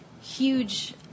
huge